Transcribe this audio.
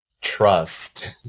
trust